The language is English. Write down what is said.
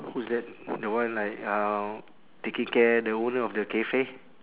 who's that the one like uh taking care the owner of the cafe